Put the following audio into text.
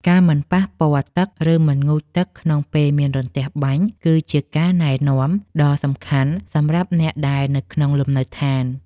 ការមិនប៉ះពាល់ទឹក ឬមិនងូតទឹកក្នុងពេលមានរន្ទះបាញ់គឺជាការណែនាំដ៏សំខាន់សម្រាប់អ្នកដែលនៅក្នុងលំនៅដ្ឋាន។